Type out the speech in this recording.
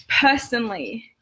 personally